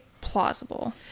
plausible